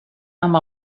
amb